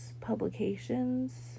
Publications